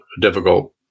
difficult